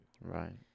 Right